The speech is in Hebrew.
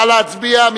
נא להצביע.